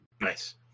Nice